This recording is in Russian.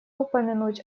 упомянуть